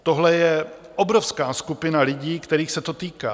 Tohle je obrovská skupina lidí, kterých se to týká.